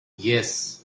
yes